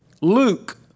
Luke